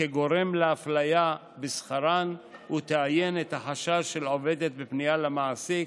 כגורם לאפליה בשכרן ויאיין את החשש של עובדת מפנייה למעסיק